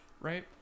right